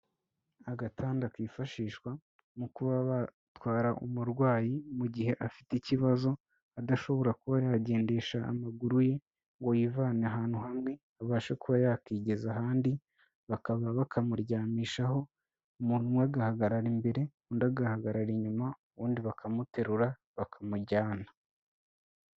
Agatanda kifashishwa mu kuba batwara umurwayi mugihe afite ikibazo adashobora kuba yagendesha amaguru ye ngo yivane ahantu hamwe abashe kuba yakigeza ahandi bakaba bakamuryamishaho umuntu umwe agahagarara imbere undi agahagarara inyuma ubundi bakamuterura bakamujyana.